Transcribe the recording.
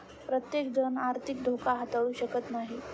प्रत्येकजण आर्थिक धोका हाताळू शकत नाही